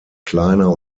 kleiner